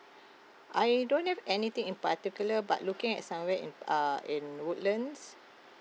I don't have anything in particular but looking at somewhere in uh in woodlands